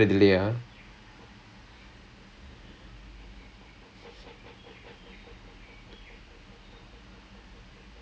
uh apparently எனக்கு அவங்களே பத்தி தெரியலே அவ்வளவா:enakku avangalae pathi theriyalae avalavaa but they are friends with our new banning I_C